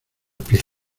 pie